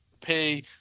pay